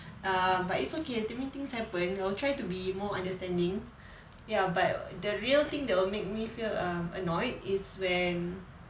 err but it's okay to me things happen I'll try to be more understanding ya but the real thing that will make me feel um annoyed is when